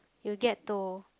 you get to